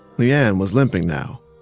le-ann was limping now.